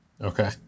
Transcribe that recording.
Okay